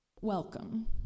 welcome